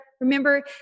Remember